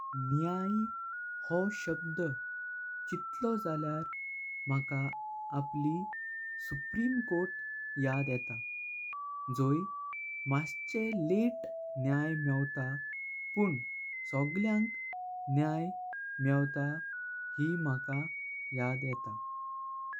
न्याय हो शब्द चित्तलो झाल्यार मका आपली सुप्रीम कोर्ट याद येता जॉय। माचे लेट न्याय मेवता पण सगळ्यांक न्याय मेवता हे मका याद येता।